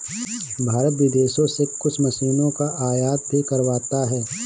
भारत विदेशों से कुछ मशीनों का आयात भी करवाता हैं